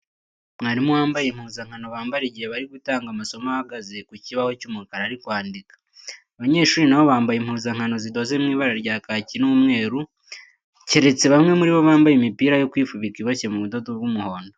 Mwarimu wambaye impuzankano bambara igihe bari gutanga amasomo ahagaze ku kibaho cy'umukara ari kwandika. Abanyeshuri na bo bambaye impuzankano zidoze mu ibara rya kaki n'umweru, keretse bamwe muri bo bambaye imipira yo kwifubika iboshye mu budodo bw'umuhondo.